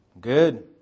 Good